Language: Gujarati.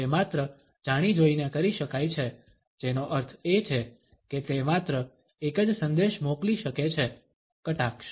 તે માત્ર જાણી જોઈને કરી શકાય છે જેનો અર્થ એ છે કે તે માત્ર એક જ સંદેશ મોકલી શકે છે કટાક્ષ